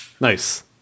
Nice